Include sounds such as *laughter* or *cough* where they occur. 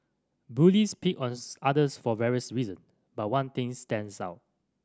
bullies pick on *unintelligible* others for various reason but one thing stands out